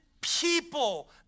people